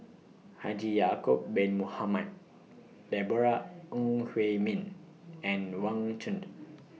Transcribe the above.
Haji Ya'Acob Bin Mohamed Deborah Ong Hui Min and Wang Chunde